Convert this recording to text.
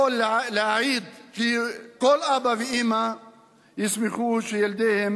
אני יכול להעיד כי כל אבא ואמא ישמחו שילדיהם